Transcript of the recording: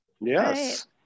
Yes